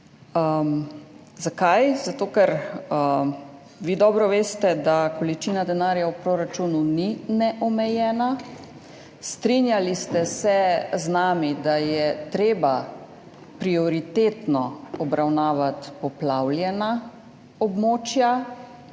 Zakaj? Zato ker vi dobro veste, da količina denarja v proračunu ni neomejena. Strinjali ste se z nami, da je treba prioritetno obravnavati poplavljena območja,